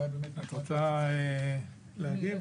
את רוצה להגיב?